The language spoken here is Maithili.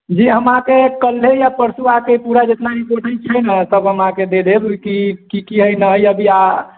जी हम अहाँके कलहे या परसू आके ई पूरा जेतना रिपोर्ट छै न सब हम अहाँकेॅं दे देब की है न है